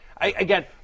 Again